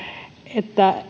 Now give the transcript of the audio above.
että